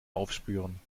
aufspüren